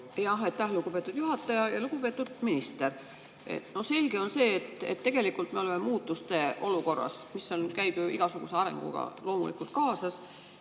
palun! Aitäh, lugupeetud juhataja! Lugupeetud minister! On selge, et tegelikult me oleme muutuste olukorras, mis käib igasuguse arenguga loomulikult kaasas.